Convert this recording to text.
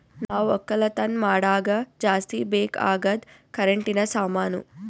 ನಾವ್ ಒಕ್ಕಲತನ್ ಮಾಡಾಗ ಜಾಸ್ತಿ ಬೇಕ್ ಅಗಾದ್ ಕರೆಂಟಿನ ಸಾಮಾನು